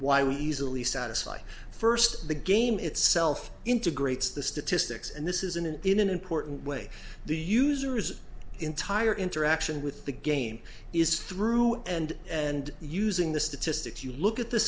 why we easily satisfied first the game itself integrates the statistics and this is in an in an important way the user's entire interaction with the game is through and and using the statistics you look at the